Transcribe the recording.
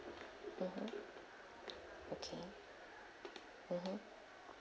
mmhmm okay mmhmm